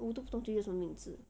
我都不懂记得什么名字 qi de ah 妈妈有没有这边我不懂了